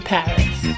Paris